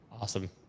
Awesome